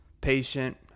patient